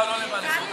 תוותר לה,